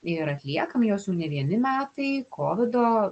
ir atliekam juos jau ne vieni metai kovido